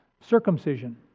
circumcision